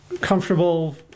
comfortable